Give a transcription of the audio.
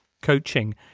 coaching